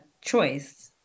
choice